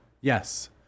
Yes